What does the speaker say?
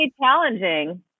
challenging